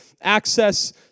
access